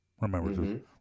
Remember